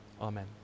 Amen